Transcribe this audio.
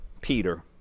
Peter